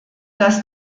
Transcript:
dass